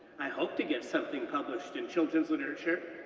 i hope to get something published in children's literature,